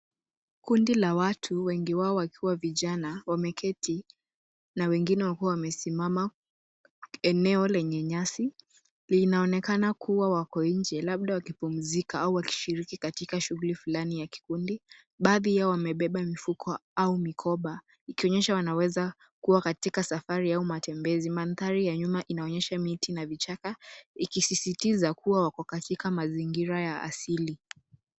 Kundi la watu wengi wao wakiwa vijana wameketi na wengine wakiwa wamesimama eneo lenye nyasi. Linaonekana kuwa wako nje labda wakipumzika au wakishiriki katika shughuli fulani ya kikundi. Baadhi yao wamebeba mifuko au mikoba ikionyesha wanaweza kuwa katika safari au matembezi. Mandhari ya nyuma inaonyesha miti na vichaka ikisisitiza kuwa wako katika mazingira ya asili.